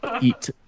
eat